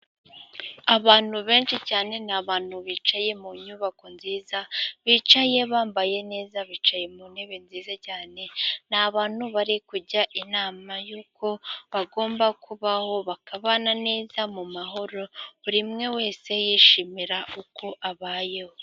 Abantu benshi cyane, ni abantu bicaye mu nyubako nziza, bicaye bambaye neza, bicaye mu ntebe nziza cyane, ni abantu bari kujya inama y'uko bagomba kubaho, bakabana neza mu mahoro, buri umwe wese yishimira uko abayeho.